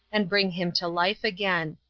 and bring him to life again.